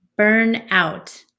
Burnout